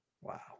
Wow